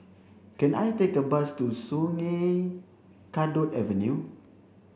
can I take a bus to Sungei Kadut Avenue